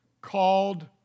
called